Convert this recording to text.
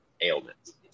ailments